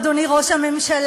אדוני ראש הממשלה,